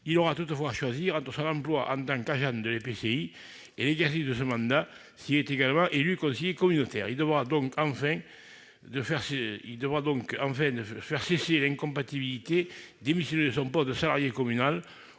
Il aura toutefois à choisir entre son emploi en tant qu'agent de l'EPCI et l'exercice de ce mandat, s'il est également élu conseiller communautaire. Il devra, afin de faire cesser l'incompatibilité, démissionner de son poste de salarié communal